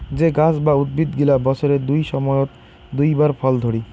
যে গাছ বা উদ্ভিদ গিলা বছরের দুই সময়ত দুই বার ফল ধরি